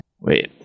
Wait